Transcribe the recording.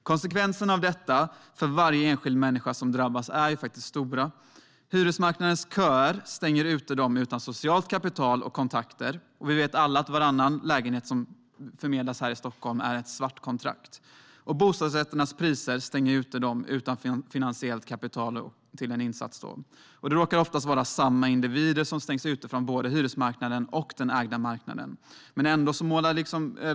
Konsekvenserna av detta för varje enskild människa som drabbas är stora. Hyresmarknadens köer stänger ute dem utan socialt kapital och kontakter. Vi vet alla att varannan lägenhet som förmedlas i Stockholm är ett svartkontrakt. Bostadsrätternas priser stänger ute dem utan finansiellt kapital till en insats. Det är ofta samma individer som stängs ute från såväl hyresmarknaden som den ägda marknaden.